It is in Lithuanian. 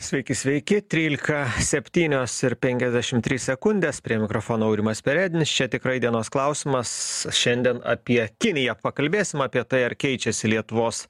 sveiki sveiki trylika septynios ir penkiasdešimt trys sekundės prie mikrofono aurimas perednis čia tikrai dienos klausimas šiandien apie kiniją pakalbėsim apie tai ar keičiasi lietuvos